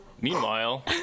Meanwhile